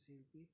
ଶିଳ୍ପୀ